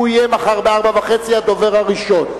הוא יהיה מחר ב-16:30 הדובר הראשון,